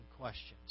questions